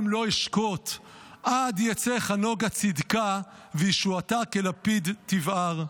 לא אשקוט עד יצא כנגה צדקה וישועתה כלפיד יבער".